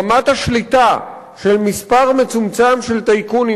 רמת השליטה של מספר מצומצם של טייקונים,